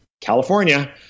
California